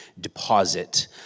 deposit